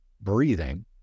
breathing